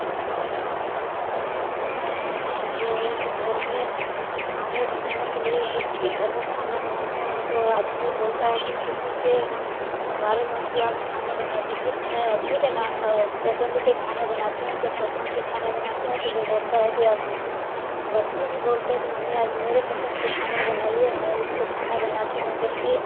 हम जो हैं कि घर में खाने बनाने के लिए जबकि घर में खाना बनाते हैं तो आदमी बोलता है कि किसी के हमारे मन से आज खाना बना दीजिए तो मैं आदमी के ना पसंद के खाना बनाती हूँ जब पसंद के खाना बनाती हूँ तो जो बोलता है कि आज बच्चे भी बोलते हैं कि मम्मी आज मेरे पसंद के खाना बनाइए मैं उसको खाना बनाती हूँ जबकि